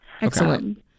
Excellent